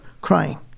crying